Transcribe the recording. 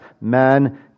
man